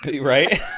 Right